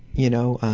you know?